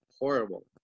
Horrible